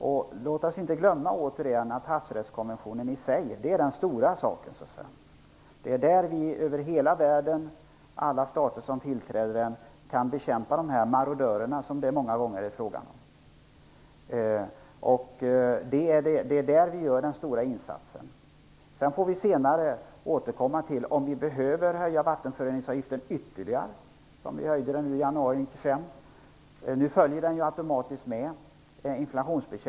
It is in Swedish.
Och låt oss inte glömma att havsrättskonventionen i sig är den stora saken. Alla stater som biträder den kan bekämpa de marodörer som det många gånger är fråga om. Det är på det sättet som vi gör den stora insatsen. Sedan får vi återkomma om vi behöver höja vattenföroreningsavgiften ytterligare. Den höjdes i januari 1995. Nu följer den automatiskt inflationen.